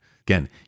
Again